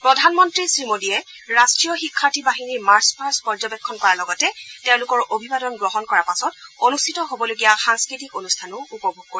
প্ৰধানমন্ত্ৰী শ্ৰী মোডীয়ে ৰাষ্ট্ৰীয় শিক্ষাৰ্থী বাহিনীৰ মাৰ্চ পাষ্ট পৰ্যবেক্ষণ কৰাৰ লগতে তেওঁলোকৰ অভিবাদন গ্ৰহণ কৰাৰ পাছত অনুষ্ঠিত হ'বলগীয়া সাংস্কৃতিক অনুষ্ঠানো উপভোগ কৰিব